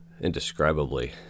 indescribably